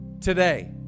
today